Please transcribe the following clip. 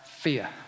fear